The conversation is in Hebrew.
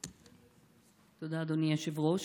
תודה, אדוני היושב-ראש.